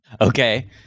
okay